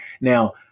Now